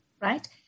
Right